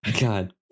God